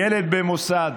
ילד במוסד,